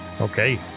Okay